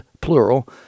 plural